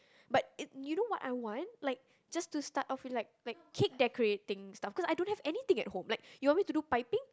but it you know what I want like just to start off with like like cake decorating stuff cause I don't have anything at home like you want me to do piping